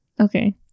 Okay